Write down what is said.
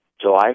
July